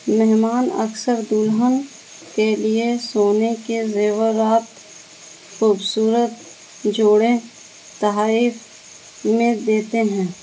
مہمان اکثر دلہن کے لیے سونے کے زیورات خوبصورت جوڑے تحائف میں دیتے ہیں